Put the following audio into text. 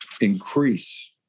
increase